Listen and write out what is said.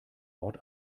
ort